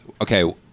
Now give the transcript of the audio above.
okay